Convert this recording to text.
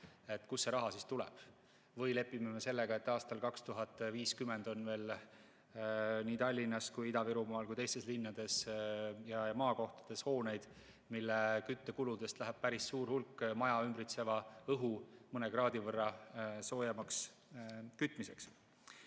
Kust see raha siis tuleb? Või lepime sellega, et aastal 2050 on veel nii Tallinnas, Ida-Virumaal kui ka teistes linnades ja maakohtades hooneid, mille küttekuludest läheb päris suur hulk maja ümbritseva õhu mõne kraadi võrra soojemaks kütmisele?